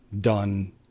done